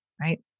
right